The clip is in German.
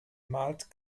malt